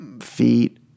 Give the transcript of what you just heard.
feet